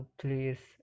please